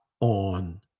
On